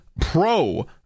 Pro